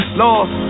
lost